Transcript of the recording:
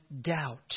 doubt